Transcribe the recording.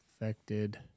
affected